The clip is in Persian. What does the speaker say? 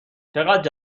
چقد